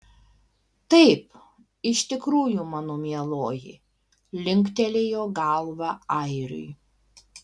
taip iš tikrųjų mano mieloji linktelėjo galva airiui